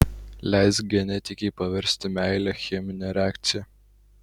leisk genetikei paversti meilę chemine reakcija